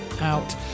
out